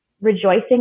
rejoicing